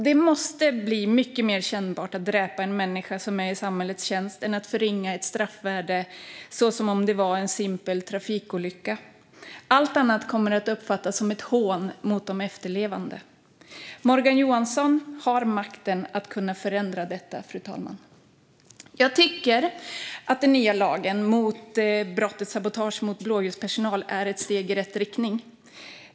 Det måste bli mycket mer kännbart att dräpa en människa som är i samhällets tjänst än att det förringas med ett straffvärde som om det var en simpel trafikolycka. Allt annat kommer att uppfattas som ett hån mot de efterlevande. Morgan Johansson har makten att förändra detta, fru talman. Jag tycker att den nya lagen när det gäller brottet sabotage mot blåljuspersonal är ett steg i rätt riktning.